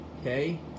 Okay